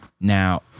Now